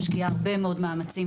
משקיעה הרבה מאוד מאמצים